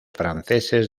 franceses